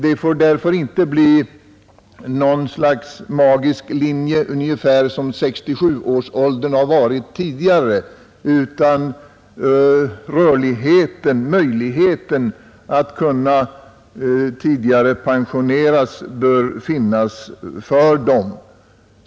Det får därför inte bli något slags magisk linje, ungefär som 67 års ålder varit tidigare, utan rörligheten, möjligheten att pensioneras tidigare, bör finnas för dem.